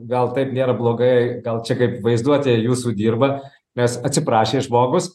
gal taip nėra blogai gal čia kaip vaizduotė jūsų dirba nes atsiprašė žmogus